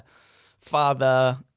father